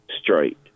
straight